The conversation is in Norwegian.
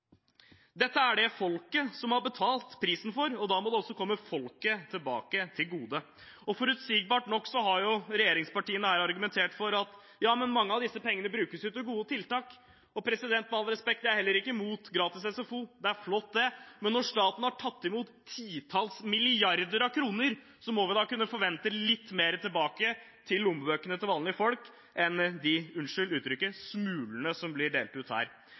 Dette er det folket som har betalt prisen for, og da må det også komme folket til gode. Forutsigbart nok har regjeringspartiene argumentert for at mange av disse pengene brukes til gode tiltak. Med all respekt, jeg er heller ikke imot gratis SFO, det er flott. Men når staten har tatt imot titalls milliarder av kroner, må vi da kunne forvente litt mer tilbake til lommebøkene til vanlige folk enn de – unnskyld uttrykket – smulene som blir delt ut her.